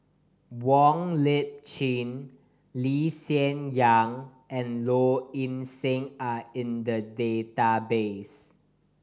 Wong Lip Chin Lee Hsien Yang and Low Ing Sing are in the database